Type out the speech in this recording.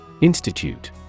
Institute